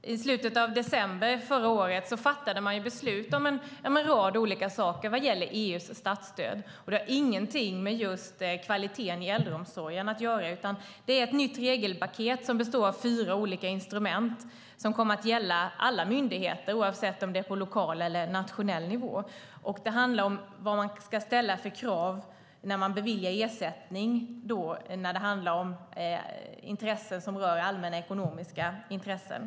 I slutet av december förra året fattade man beslut om en rad olika saker vad gäller EU:s statsstöd. Det har ingenting med just kvaliteten i äldreomsorgen att göra, utan det är ett nytt regelpaket som består av fyra olika instrument som kommer att gälla alla myndigheter oavsett om det är på lokal eller nationell nivå. Det handlar om vilka krav man ska ställa när man beviljar ersättning som rör allmänna ekonomiska intressen.